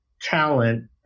talent